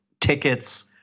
tickets